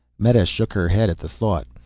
meta shook her head at the thought.